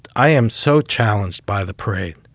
i am so challenged. by the parade,